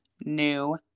new